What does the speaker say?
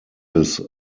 des